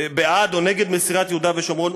בעד או נגד מסירת יהודה ושומרון,